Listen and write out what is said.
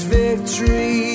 victory